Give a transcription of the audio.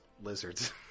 Lizards